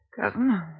cousin